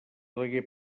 degué